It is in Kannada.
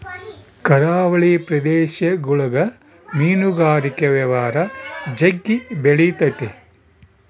ಕರಾವಳಿ ಪ್ರದೇಶಗುಳಗ ಮೀನುಗಾರಿಕೆ ವ್ಯವಹಾರ ಜಗ್ಗಿ ಬೆಳಿತತೆ